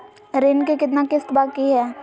ऋण के कितना किस्त बाकी है?